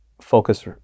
focus